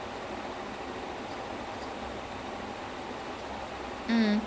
then something in a similar vein lah if you want to check it out check out billions